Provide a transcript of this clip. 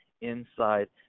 inside